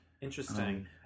interesting